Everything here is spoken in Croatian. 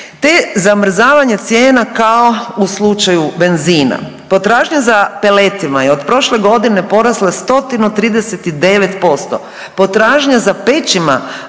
te zamrzavanje cijena kao u slučaju benzina. Potražnja za peletima je od prošle godine porasla 139%, potražnja za pećima